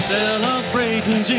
Celebrating